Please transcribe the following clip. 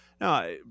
now